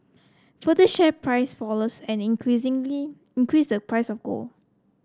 further share price falls and increasingly increase the price of gold